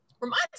reminds